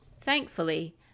Thankfully